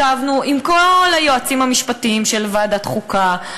ישבנו עם כל היועצים המשפטיים של ועדת חוקה,